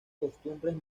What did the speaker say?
costumbres